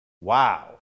Wow